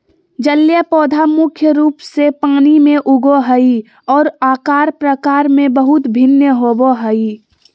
जलीय पौधा मुख्य रूप से पानी में उगो हइ, और आकार प्रकार में बहुत भिन्न होबो हइ